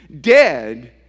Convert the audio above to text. dead